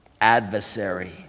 adversary